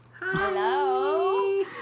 Hello